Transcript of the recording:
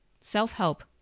Self-help